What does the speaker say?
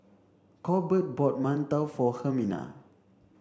Corbett bought Mantou for Hermina